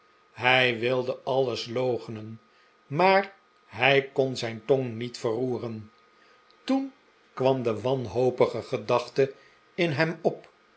hij wilde alles loochenen maar hij kon zijn tong niet verroeren toen kwam de wanhopige gedachte in hem op